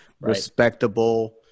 respectable